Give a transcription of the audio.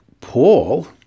Paul